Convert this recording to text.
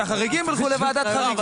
שהחריגים ילכו לוועדת חריגים.